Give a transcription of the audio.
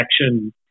action